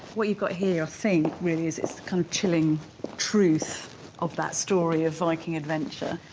what you've got here your think really is it's the kind of chilling truth of that story of viking adventure.